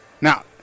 Now